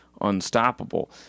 unstoppable